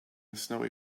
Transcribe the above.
snowy